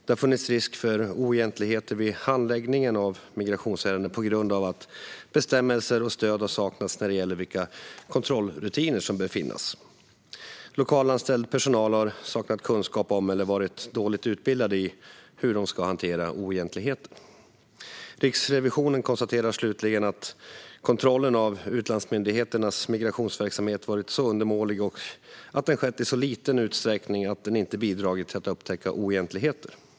Det har funnits risk för oegentligheter vid handläggningen av migrationsärenden på grund av att bestämmelser och stöd har saknats när det gäller vilka kontrollrutiner som bör finnas. Lokalanställd personal har saknat kunskap om eller varit dåligt utbildad i hur de ska hantera oegentligheter. Riksrevisionen konstaterar slutligen att kontrollen av utlandsmyndigheternas migrationsverksamhet varit så undermålig och skett i så liten utsträckning att den inte bidragit till att upptäcka oegentligheter.